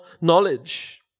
knowledge